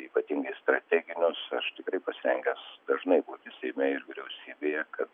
ypatingai strateginius aš tikrai pasirengęs dažnai būti seime ir vyriausybėje kad